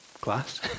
class